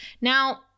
Now